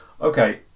Okay